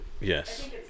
Yes